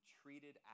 treated